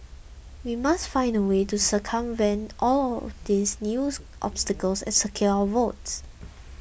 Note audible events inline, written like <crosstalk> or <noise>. we must find a way to circumvent all these news <noise> obstacles and secure our votes